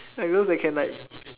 like those that can like